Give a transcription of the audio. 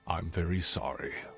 i'm very sorry